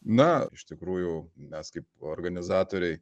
na iš tikrųjų mes kaip organizatoriai